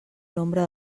nombre